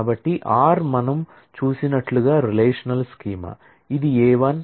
కాబట్టి R మనం చూసినట్లుగా రిలేషనల్ స్కీమా ఇది A 1 A 2